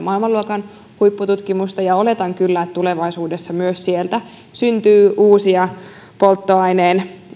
maailmanluokan huippututkimusta ja oletan kyllä että tulevaisuudessa sieltä syntyy uusia polttoaineen